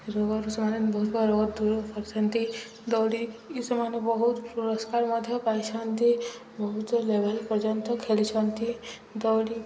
ରୋଗରୁ ସେମାନେ ବହୁତ ରୋଗ ଦୂର କରିଛନ୍ତି ଦଉଡ଼ିକି ସେମାନେ ବହୁତ ପୁରସ୍କାର ମଧ୍ୟ ପାଇଛନ୍ତି ବହୁତ ଲେଭଲ ପର୍ଯ୍ୟନ୍ତ ଖେଳିଛନ୍ତି ଦଉଡ଼ି